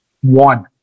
one